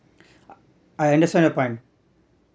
I understand your point